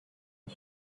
and